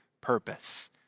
purpose